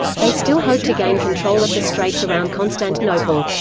they still hoped to gain control of the straits around constantinople.